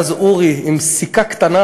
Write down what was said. ואז אורי, עם סיכה קטנה